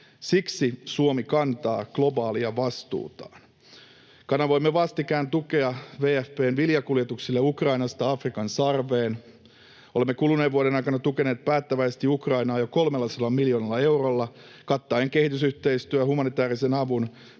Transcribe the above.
Siksi Suomi kantaa globaalia vastuutaan. Kanavoimme vastikään tukea WFP:n viljakuljetuksille Ukrainasta Afrikan sarveen. Olemme kuluneen vuoden aikana tukeneet päättäväisesti Ukrainaa jo 300 miljoonalla eurolla kattaen kehitysyhteistyön, humanitäärisen avun,